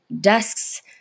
desks